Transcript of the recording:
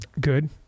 Good